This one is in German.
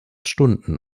stunden